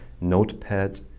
notepad